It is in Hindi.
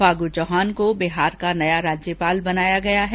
फागु चौहान को बिहार का नया राज्यपाल बनाया गया है